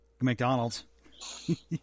McDonald's